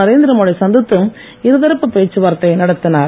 நரேந்திர மோடி சந்தித்து இருதரப்பு பேச்சுவார்த்தை நடத்தினார்